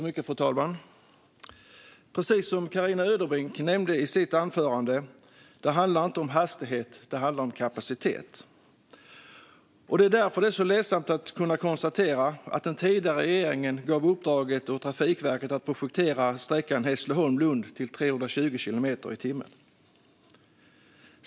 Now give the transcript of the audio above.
Fru talman! Precis som Carina Ödebrink nämnde i sitt anförande handlar det inte om hastighet utan om kapacitet. Det är därför det är så ledsamt att konstatera att den tidigare regeringen gav Trafikverket i uppdrag att projektera sträckan Hässleholm-Lund till 320 kilometer i timmen.